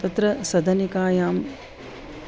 तत्र सदनिकायां